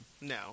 No